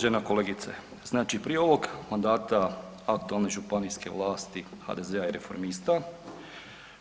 Uvažena kolegice, znači prije ovog mandata aktualne županijske vlasti HDZ-a i reformista